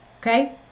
Okay